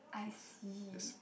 I see